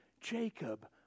Jacob